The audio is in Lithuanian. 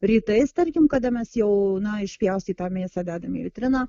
rytais tarkim kada mes jau na išpjaustytą mėsą dedam į vitriną